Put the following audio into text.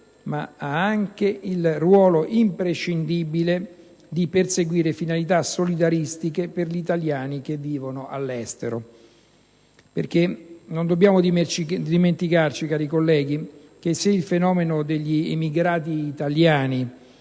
ma ha anche il ruolo imprescindibile di perseguire finalità solidaristiche per gli italiani che vivono all'estero. Perché non dobbiamo dimenticarci, cari colleghi, che se il fenomeno degli emigrati italiani